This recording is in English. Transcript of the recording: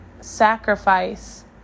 sacrifice